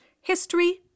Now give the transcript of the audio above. history